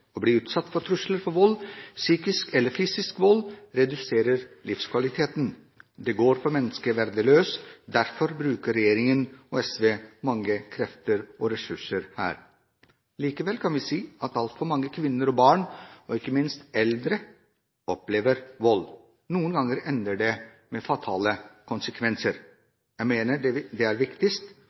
Å bli utsatt for trusler om vold, psykisk eller fysisk vold, reduserer livskvaliteten. Det går på menneskeverdet løs. Derfor bruker regjeringen og SV mange krefter og ressurser her. Likevel kan vi si at altfor mange kvinner og barn og – ikke minst – eldre opplever vold. Noen ganger får det fatale konsekvenser. Jeg mener det viktigste forebyggende tiltak mot vold i nære relasjoner er å snakke om det